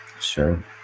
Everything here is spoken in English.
Sure